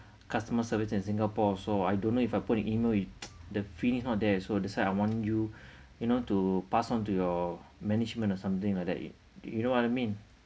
customer service in singapore so I don't know if I put it in an email the feeling is not there that's why I want you you know to pass on to your management or something like that you you know what I mean